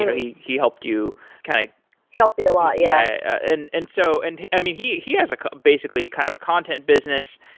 you know he he helped you kind of he helped me a lot. yeah and and so and i mean, he he has ah basically kind of a content business.